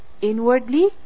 Inwardly